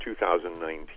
2019